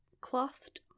clothed